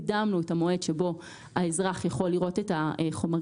הקדמנו את המועד שבו האזרח יכול לראות את החומרים